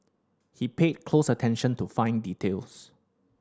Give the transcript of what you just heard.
he paid close attention to fine details